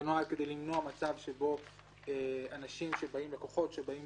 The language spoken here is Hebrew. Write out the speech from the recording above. זה נועד כדי למנוע מצב שבו לקוחות שבאים